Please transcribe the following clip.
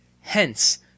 hence